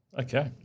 Okay